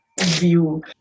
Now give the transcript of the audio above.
view